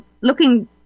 Looking